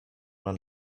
man